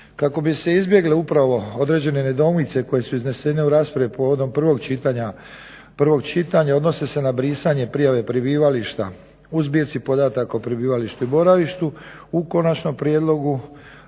Kako bi se izbjegle upravo određene nedoumice koje su iznesene u raspravi povodom prvog čitanja odnose se na brisanje prijave prebivališta u zbirci podataka o prebivalištu i boravištu. U konačnom prijedlogu